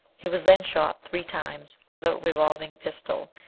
he was then shot three times with a revolving pistol,